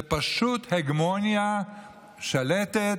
זה פשוט הגמוניה שלטת,